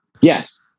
Yes